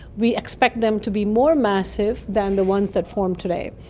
we expect them to be more massive than the ones that form today.